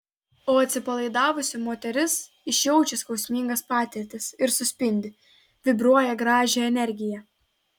o atsipalaidavusi moteris išjaučia skausmingas patirtis ir suspindi vibruoja gražią energiją